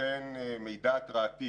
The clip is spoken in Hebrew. לכן מידע התראתי,